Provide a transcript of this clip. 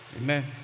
amen